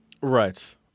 Right